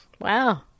Wow